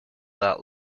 that